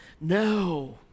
No